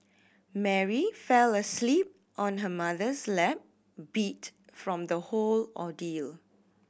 Mary fell asleep on her mother's lap beat from the whole ordeal